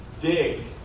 dig